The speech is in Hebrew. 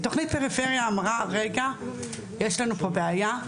פריפריה אמרה שיש לנו בעיה,